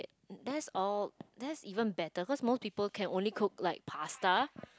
that's all that's even better cause more people can only cook like pasta